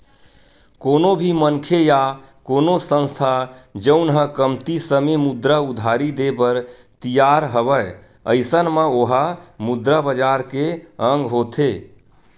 कोनो भी मनखे या कोनो संस्था जउन ह कमती समे मुद्रा उधारी देय बर तियार हवय अइसन म ओहा मुद्रा बजार के अंग होथे